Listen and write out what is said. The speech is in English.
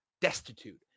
destitute